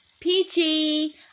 Peachy